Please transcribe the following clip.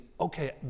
okay